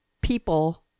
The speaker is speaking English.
people